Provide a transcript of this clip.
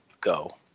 go